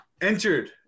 entered